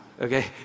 okay